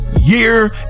Year